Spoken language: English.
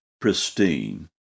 pristine